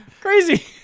Crazy